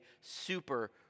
super